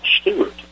Stewart